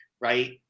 Right